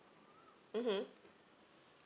mmhmm